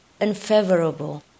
unfavorable